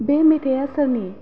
बे मेथाया सोरनि